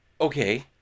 Okay